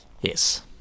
Yes